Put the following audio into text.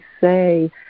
say